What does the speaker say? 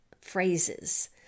phrases